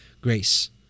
grace